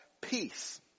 peace